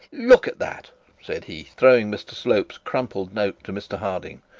look at that said he, throwing mr slope's crumpled note to mr harding.